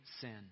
sin